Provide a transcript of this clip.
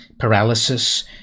paralysis